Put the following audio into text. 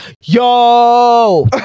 Yo